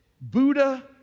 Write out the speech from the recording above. Buddha